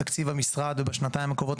בתקציב המשרד בשנתיים הקרובות,